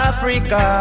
Africa